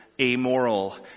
amoral